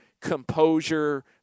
composure